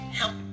help